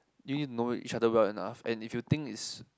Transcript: you need to know each other well enough and if you think is